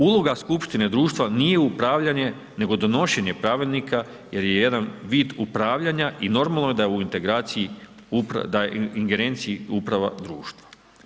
Uloga Skupštine društva nije upravljanje, nego donošenje Pravilnika jer je jedan vid upravljanja i normalno je da je u ingerenciji uprava društva.